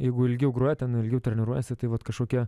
jeigu ilgiau groja ten ilgiau treniruojasi tai vat kažkokie